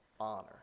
honor